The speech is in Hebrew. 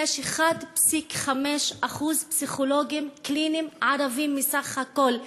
יש 1.5% פסיכולוגים קליניים ערבים בסך הכול.